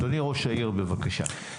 אדוני ראש העיר, בבקשה.